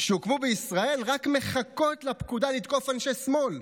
שהוקמו בישראל רק מחכות לפקודה לתקוף אנשי שמאל.